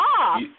off